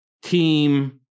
Team